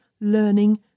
learning